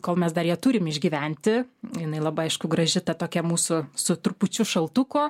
kol mes dar ją turim išgyventi jinai labai aišku graži ta tokia mūsų su trupučiu šaltuko